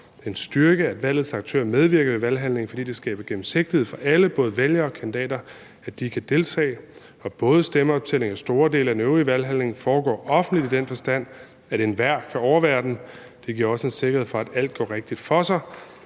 en styrke, at valgets aktører medvirker i valghandlingen, fordi det skaber gennemsigtighed for alle, både vælgere og kandidater, at de kan deltage. Og både stemmeoptællingen og store dele af den øvrige valghandling foregår offentligt i den forstand, at enhver kan overvære det. Det giver os en sikkerhed for, at alt går rigtigt for sig.